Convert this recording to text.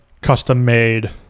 custom-made